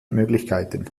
möglichkeiten